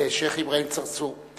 לשיח' אברהים צרצור.